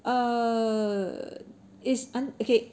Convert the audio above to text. err is un~ okay